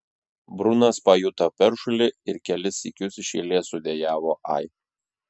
brunas pajuto peršulį ir kelis sykius iš eilės sudejavo ai